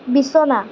বিছনা